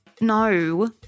No